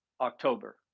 October